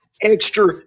extra